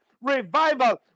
revival